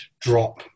drop